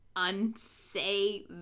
Unsay